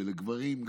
וגם לגברים,